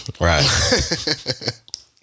Right